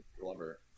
glover